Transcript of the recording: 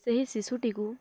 ସେହି ଶିଶୁଟିକୁ